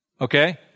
Okay